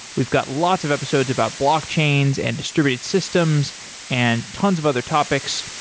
we've got lots of episodes about blockchains and distributed systems and tons of other topics.